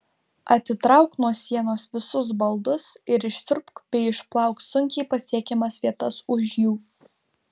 atitrauk nuo sienos visus baldus ir išsiurbk bei išplauk sunkiai pasiekiamas vietas už jų